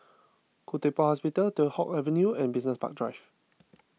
Khoo Teck Puat Hospital Teow Hock Avenue and Business Park Drive